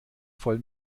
voll